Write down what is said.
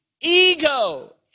ego